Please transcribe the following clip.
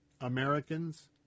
Americans